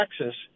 Texas